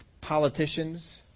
politicians